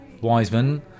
wiseman